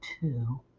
two